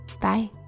bye